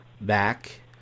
back